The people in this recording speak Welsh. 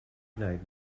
wneud